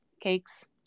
cakes